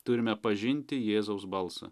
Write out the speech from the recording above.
turime pažinti jėzaus balsą